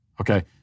Okay